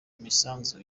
imisanzu